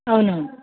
అవునవును